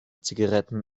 zigaretten